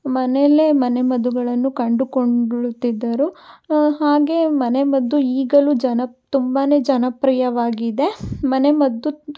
ಮನೆಯಲ್ಲೆ ಮನೆ ಮದ್ದುಗಳನ್ನು ಕಂಡು ಕೊಂಡಿರುತ್ತಿದ್ದರು ಹಾಗೇ ಮನೆಮದ್ದು ಈಗಲೂ ಜನಪ್ ತುಂಬ ಜನಪ್ರಿಯವಾಗಿದೆ ಮನೆಮದ್ದು